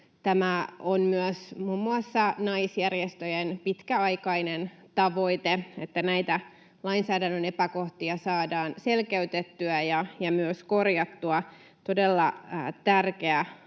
tämä on myös muun muassa naisjärjestöjen pitkäaikainen tavoite, että näitä lainsäädännön epäkohtia saadaan selkeytettyä ja myös korjattua — todella tärkeä